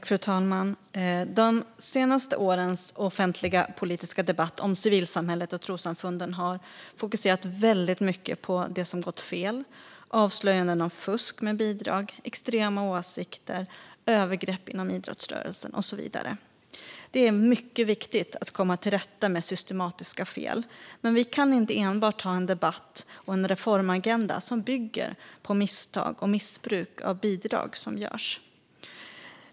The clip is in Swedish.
Fru talman! De senaste årens offentliga politiska debatt om civilsamhället och trossamfunden har fokuserat väldigt mycket på det som gått fel - avslöjanden om fusk med bidrag, extrema åsikter, övergrepp inom idrottsrörelsen och så vidare. Det är mycket viktigt att komma till rätta med systematiska fel, men vi kan inte enbart ha en debatt och en reformagenda som bygger på misstag som görs och missbruk av bidrag som sker.